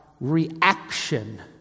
reaction